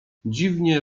dziwnie